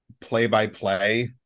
play-by-play